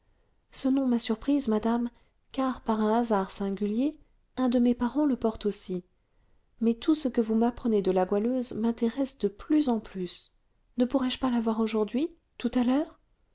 ce nom m'a surprise madame car par un hasard singulier un de mes parents le porte aussi mais tout ce que vous m'apprenez de la goualeuse m'intéresse de plus en plus ne pourrais-je pas la voir aujourd'hui tout à l'heure